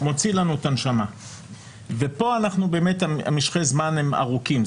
מוציא לנו את הנשמה ופה באמת משכי הזמן ארוכים.